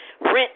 Rent